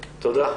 תודה.